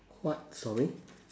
what sorry